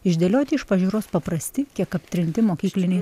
išdėlioti iš pažiūros paprasti kiek aptrinti mokykliniai